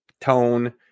tone